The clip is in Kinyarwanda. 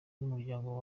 n’umuryango